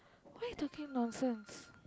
why you talking nonsense